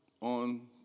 on